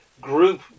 group